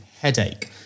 headache